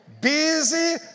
Busy